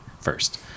first